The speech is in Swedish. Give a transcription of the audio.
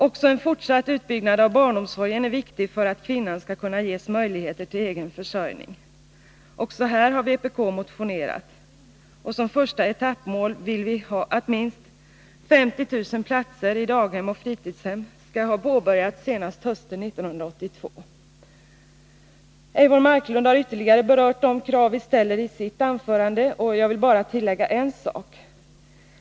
Också en fortsatt utbyggnad av barnomsorgen är viktig för att kvinnan skall kunna ges möjligheter till egen försörjning. Också här har vpk motionerat — som första etappmål vill vi att minst 50 000 platser i daghem och fritidshem skall ha påbörjats senast hösten 1982. Eivor Marklund har vidare i sitt anförande berört de krav vi ställer, och jag vill bara tillägga en sak.